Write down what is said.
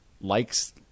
likes